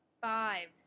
five